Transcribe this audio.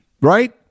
right